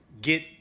get